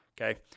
Okay